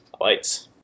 lights